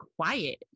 quiet